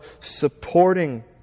supporting